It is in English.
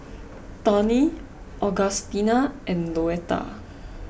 Tawny Augustina and Louetta